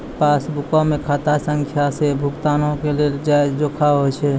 पासबुको मे खाता संख्या से भुगतानो के लेखा जोखा होय छै